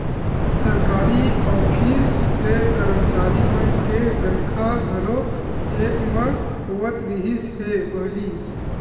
सरकारी ऑफिस के करमचारी मन के तनखा घलो चेक म होवत रिहिस हे पहिली